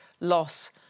loss